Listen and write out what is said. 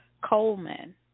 Coleman